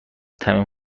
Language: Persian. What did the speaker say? تموم